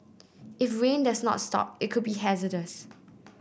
if rain does not stop it could be hazardous